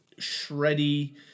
shreddy